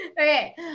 Okay